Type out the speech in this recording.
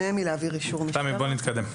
תמי, בואי נתקדם.